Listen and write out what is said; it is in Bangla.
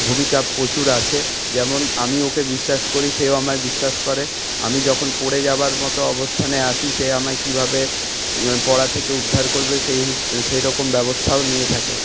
ভূমিকা প্রচুর আছে যেমন আমি ওকে বিশ্বাস করি সেও আমায় বিশ্বাস করে আমি যখন পড়ে যাবার মতো অবস্থানে আসি সে আমায় কিভাবে পড়া থেকে উদ্ধার করবে সেই সেরকম ব্যবস্থাও নিয়ে থাকে